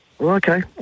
okay